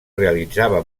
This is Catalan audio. realitzava